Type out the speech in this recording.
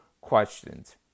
questions